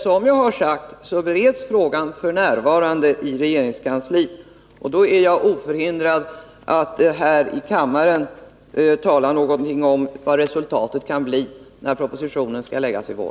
Som jag har sagt bereds dock frågan f. n. i regeringskansliet, och då är jag förhindrad att här i kammaren uttala mig om vad resultatet kan bli när propositionen skall framläggas i vår.